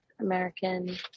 American